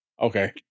Okay